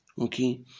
Okay